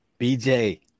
BJ